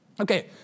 Okay